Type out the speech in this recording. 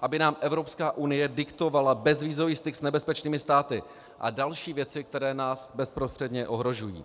aby nám Evropská unie diktovala bezvízový styk s nebezpečnými státy a další věci, které nás bezprostředně ohrožují.